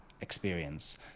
experience